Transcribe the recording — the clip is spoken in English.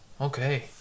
okay